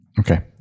Okay